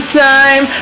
time